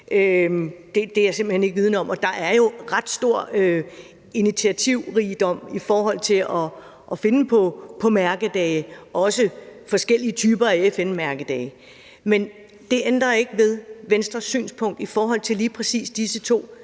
Det er jeg simpelt hen ikke vidende om. Der er ret stor initiativrigdom i forhold til at finde på mærkedage, også forskellige typer af FN-mærkedage. Men det ændrer ikke ved Venstres synspunkt i forhold til lige præcis disse to